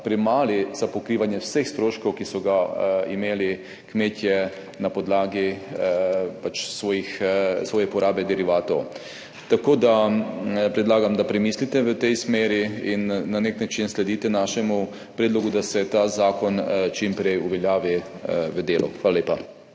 premala za pokrivanje vseh stroškov, ki so jih imeli kmetje s porabo derivatov. Tako da predlagam premislite v tej smeri in da na nek način sledite našemu predlogu, da se ta zakon čim prej uveljavi. Hvala lepa.